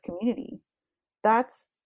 community—that's